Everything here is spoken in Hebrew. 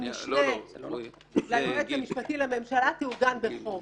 משנה ליועץ המשפטי לממשלה תעוגן בחוק.